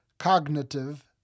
Cognitive